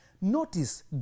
Notice